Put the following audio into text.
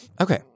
Okay